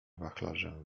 wachlarzem